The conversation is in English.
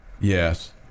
Yes